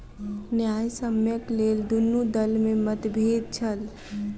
न्यायसम्यक लेल दुनू दल में मतभेद छल